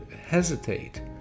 hesitate